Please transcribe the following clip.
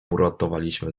uratowaliśmy